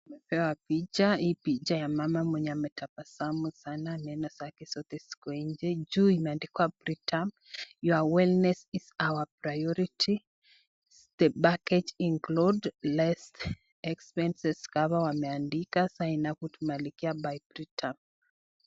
Tumepewa picha. Hii picha ya mama mwenye ametabasamu sanaa. Meno zake zote ziko nje. Juu imeandikwa Britam, Your Wellness is our priority. The package includes Last Expenses Cover wameandika saa inavyotumilikia by Britam.